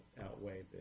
outweigh